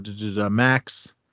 Max